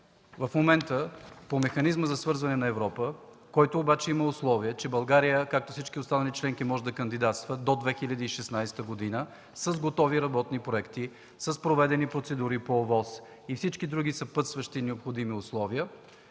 пример – по Механизма за свързване на Европа, който обаче има условие, че България, както всички останали членки, може да кандидатства до 2016 г. с готови работни проекти, с проведени процедури по ОВОС и всички други съпътстващи необходими условия,